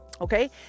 Okay